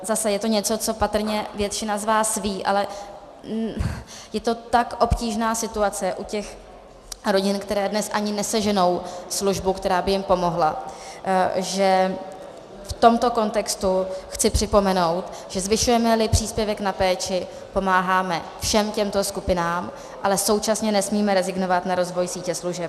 Zase je to něco, co patrně většina z vás ví, ale je to tak obtížná situace u těch rodin, které dnes ani neseženou službu, která by jim pomohla, že v tomto kontextu chci připomenout, že zvyšujemeli příspěvek na péči, pomáháme všem těmto skupinám, ale současně nesmíme rezignovat na rozvoj sítě služeb.